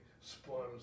spoils